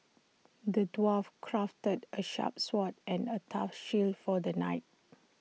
the dwarf crafted A sharp sword and A tough shield for the knight